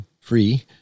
free